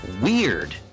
weird